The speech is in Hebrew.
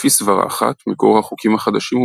לפי סברה אחת מקור החוקים החדשים הוא